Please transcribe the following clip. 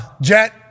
jet